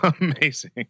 amazing